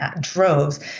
droves